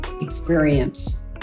experience